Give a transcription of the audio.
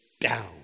down